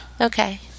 Okay